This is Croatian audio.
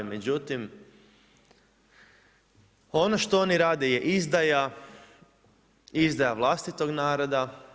Međutim, ono što oni rade je izdaja, izdaja vlastitog naroda.